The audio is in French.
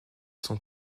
sont